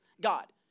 God